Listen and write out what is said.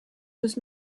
was